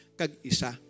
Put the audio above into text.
kag-isa